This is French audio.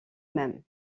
même